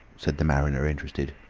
said the mariner, interested.